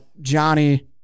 Johnny